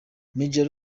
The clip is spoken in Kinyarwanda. major